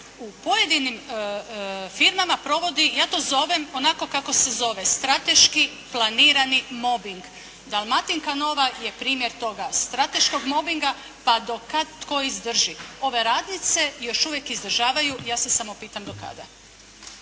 u pojedinim firmama provodi, ja to zovem onako kako se zove, strateški planirani mobing. «Dalmatinka nova» je primjer toga strateškog mobinga pa do kad tko izdrži. Ove radnice još uvijek izdržavaju. Ja se samo pitam do kada.